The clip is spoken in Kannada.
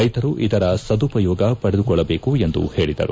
ರೈತರು ಇದರ ಸದುಪಯೋಗ ಪಡೆದುಕೊಳ್ಳಬೇಕು ಎಂದು ಹೇಳಿದರು